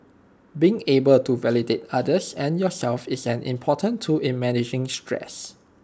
being able to validate others and yourself is an important tool in managing stress